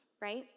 right